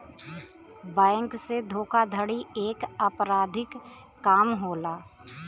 bank से धोखाधड़ी एक अपराधिक काम होला